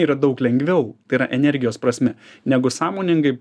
yra daug lengviau yra energijos prasme negu sąmoningai